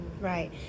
Right